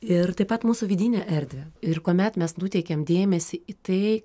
ir taip pat mūsų vidinę erdvę ir kuomet mes nuteikiam dėmesį į tai